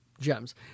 gems